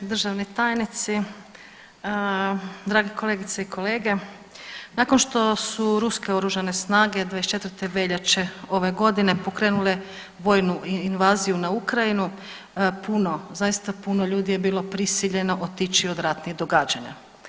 Državni tajnice, drage kolegice i kolege, nakon što su ruske oružane snage 24. veljače ove godine pokrenule vojnu invaziju na Ukrajinu puno, zaista puno ljudi je bilo prisiljeno od ratnih događanja.